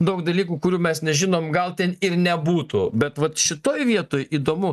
daug dalykų kurių mes nežinom gal ten ir nebūtų bet vat šitoj vietoj įdomu